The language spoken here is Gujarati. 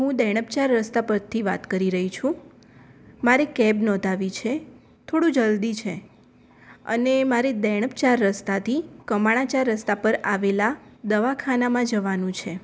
હું દેણપચાર રસ્તા પરથી વાત કરી રહી છું મારે કેબ નોંધાવવી છે થોડું જલદી છે અને મારે દેણપચાર રસ્તાથી કમાળાંચાર રસ્તા પર આવેલા દવાખાનામાં જવાનું છે